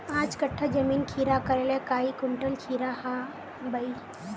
पाँच कट्ठा जमीन खीरा करले काई कुंटल खीरा हाँ बई?